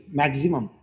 maximum